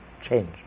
change